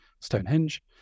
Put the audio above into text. Stonehenge